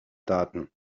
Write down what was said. daten